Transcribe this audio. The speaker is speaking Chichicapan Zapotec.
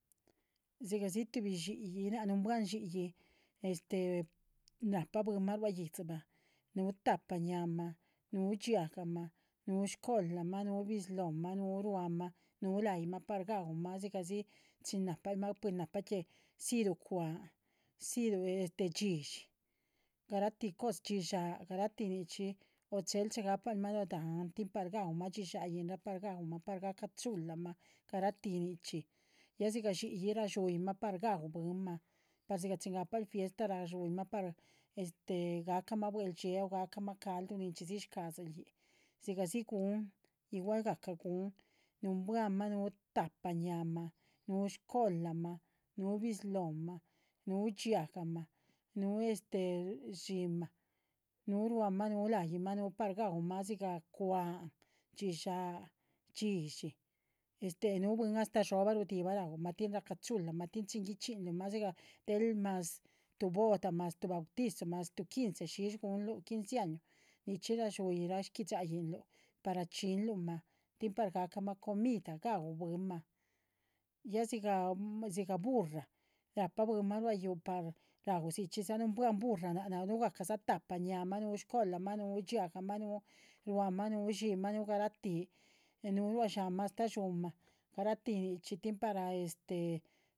. Dhxigahdzi tuhbi dxi´yi, nác nuunbuah dxi´yi, este na´pah bwin ma rua yídziba, nu tahpa ñaa´ma, nu dxiahga´ma, nu´cola´ma, nu bizlóh´ma, nu rúa´ma, nu la´yih´ma. par ga´uma, dhxigahdzi chín na´pahl´ma pues na´pah que dxilu shcwa´han, dxilu yi´dxi, garah´ti cosa, dxíshaa, garah´ti nichxí, o chegahpal´ma rua dahán, tín. par ga´uma dxíshaaín´ra, par ga´uma, par gah´ca chula´ma, garahti nichxí, yah dhxígah dxi´yi ra´dxuyi´ma par ga´u bwin´ma, par dhxígah chín ga´pahl fiesta. ra´dxuyin´ma par este gacah´ma buel´dxie o gah´ca´ma caldu, ninchxídzi shca´dzil yih, dhxígahdzi gun, igualgahca gun nuunbuanh´ma, nu tahpa ñaa´ma, nu´cola´ma, nu bizlóh´ma nu dxiahga´ma, nu este dxíi´ma, nu rúa´ma, nu la´yih´ma, nu par ga´uma dhxígah shcwa´han, dxíshaa, yi´dxi, nu bwin hasta dhxóbah rudiꞌhi ra´uma. tín gah´ca chula´ma, tín chín gui´chxínluh´ma dhxigah del mas tuh boda, tuh bautizo, tuh quince, shi´sh gu´nluh, quince año, nichxí ra´dxuyin´ra gui´dxaínluh,. par rdxiínnluh´ma, tín par gah´ca´ma comida, ga´uh bwin´ma, ya dhxigahburrah ra´pah bwin´ma rua yúhu par ra´u, dzi chxí dza nuunbuanh burra, nnah nu´gahca´sa tahpa. ñaa´ma, nu´cola´ma, nu dxiahga´ma, nu rúa´ma, nu dxíi´ma, nu garahtí, nu rua sdxán´ma astáh dxhun´ma, garati nichxí tín par este